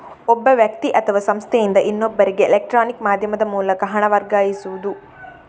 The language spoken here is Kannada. ಒಬ್ಬ ವ್ಯಕ್ತಿ ಅಥವಾ ಸಂಸ್ಥೆಯಿಂದ ಇನ್ನೊಬ್ಬರಿಗೆ ಎಲೆಕ್ಟ್ರಾನಿಕ್ ಮಾಧ್ಯಮದ ಮೂಲಕ ಹಣ ವರ್ಗಾಯಿಸುದು